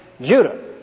Judah